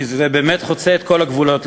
כי זה באמת חוצה את כל הגבולות,